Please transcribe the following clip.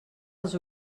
els